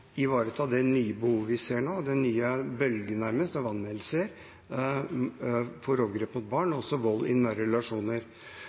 ivareta det nye behovet vi ser nå, den nye bølgen, nærmest, av anmeldelser om overgrep mot barn